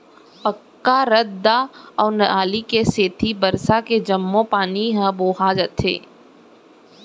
पक्का रद्दा अउ नाली के सेती बरसा के जम्मो पानी ह बोहा जाथे